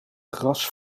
gras